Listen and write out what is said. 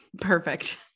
Perfect